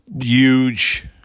huge